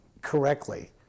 correctly